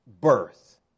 birth